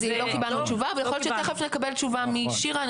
שתיכף נקבל תשובה משירה.